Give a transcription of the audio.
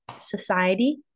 society